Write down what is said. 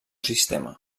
sistema